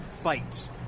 fight